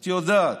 את יודעת,